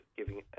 giving